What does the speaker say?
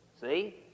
See